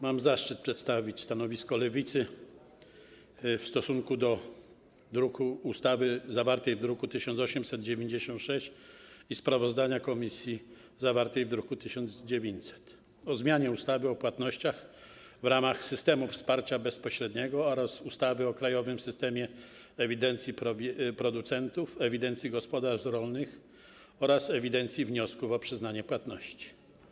Mam zaszczyt przedstawić stanowisko Lewicy wobec ustawy zawartej w druku nr 1896 i sprawozdania komisji zawartego w druku nr 1900 o zmianie ustawy o płatnościach w ramach systemów wsparcia bezpośredniego oraz ustawy o krajowym systemie ewidencji producentów, ewidencji gospodarstw rolnych oraz ewidencji wniosków o przyznanie płatności.